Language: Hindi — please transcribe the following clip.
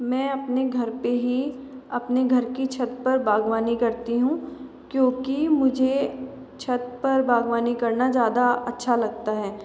मैं अपने घर पे ही अपनी घर की छत पर बागवानी करती हूँ क्योंकि मुझे छत पर बागवानी करना ज़्यादा अच्छा लगता है